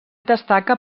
destaca